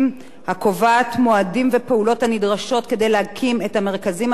הקובעת מועדים ופעולות נדרשות כדי להקים את המרכזים הנותרים,